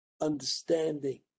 understanding